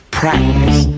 practice